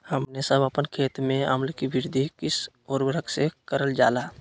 हमने सब अपन खेत में अम्ल कि वृद्धि किस उर्वरक से करलजाला?